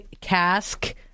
cask